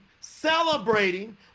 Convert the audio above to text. celebrating